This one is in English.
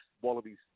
Wallabies